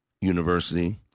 University